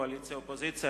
קואליציה ואופוזיציה,